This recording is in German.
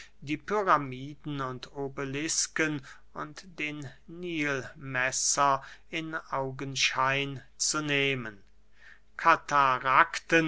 die pyramiden und obelisken und den nilmesser in augenschein zu nehmen katarakten